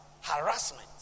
Harassment